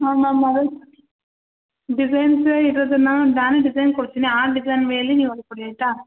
ಹಾಂ ma'am models ಡಿಸೈನ್ಸೇ ಇರೋದನ್ನು ನಾನೇ ಡಿಸೈನ್ ಕೊಡ್ತೀನಿ ಆ ಡಿಸೈನ್ ಮೇಲೆ ನೀವು ಹೊಲ್ದು ಕೊಡಿ ಆಯ್ತಾ